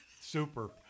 Super